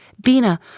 Bina